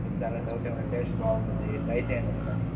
మీకు దాంట్లో డౌట్ ఏమైనా టేస్ట్ బాగుంటుంది ట్రై చేయండి ఒకసారి